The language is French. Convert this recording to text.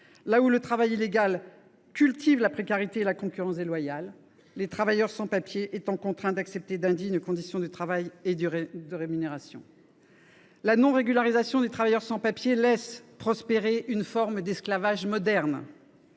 là où le travail illégal cultive la précarité et la concurrence déloyale, les travailleurs sans papiers étant contraints d’accepter d’indignes conditions de travail et de rémunération. La non régularisation des travailleurs sans papiers laisse prospérer une forme d’esclavage moderne.